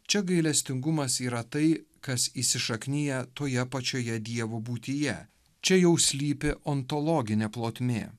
čia gailestingumas yra tai kas įsišakniję toje pačioje dievo būtyje čia jau slypi ontologinė plotmė